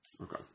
okay